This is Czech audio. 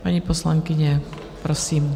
Paní poslankyně, prosím.